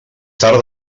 tard